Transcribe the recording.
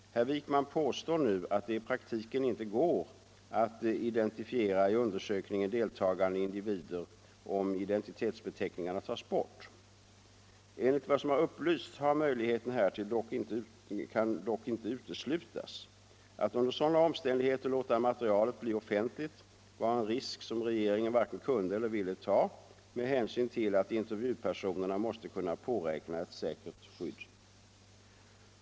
Herr Wijkman påstår nu att det i praktiken inte går att identifiera i undersökningen deltagande individer om identitetsbeteckningarna tas bort. Enligt vad som har upplysts kan möjlig 2 heten härtill dock inte uteslutas. Att under sådana omständigheter låta materialet bli offentligt var en risk som regeringen varken kunde eller ville ta med hänsyn till att intervjupersonerna måste kunna påräkna ett säkert skydd.